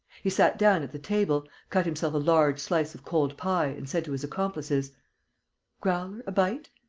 he sat down at the table, cut himself a large slice of cold pie and said to his accomplices growler? a bite?